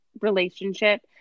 relationship